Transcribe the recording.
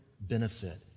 benefit